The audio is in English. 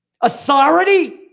Authority